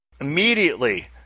immediately